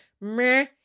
meh